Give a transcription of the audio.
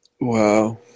Wow